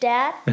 Dad